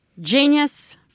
Genius